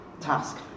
task